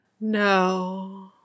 No